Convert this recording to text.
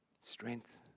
Strength